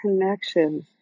connection